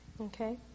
okay